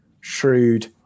shrewd